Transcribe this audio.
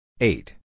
Eight